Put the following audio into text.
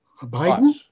Biden